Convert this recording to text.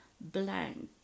blank